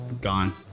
gone